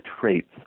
traits –